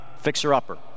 fixer-upper